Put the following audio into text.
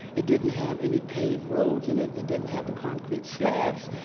it didn't have any paved roads in it, it didn't have the concrete slabs,